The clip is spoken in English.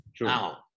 Now